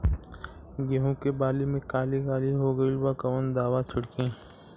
गेहूं के बाली में काली काली हो गइल बा कवन दावा छिड़कि?